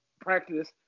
practice